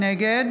נגד